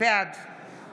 בעד